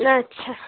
আচ্ছা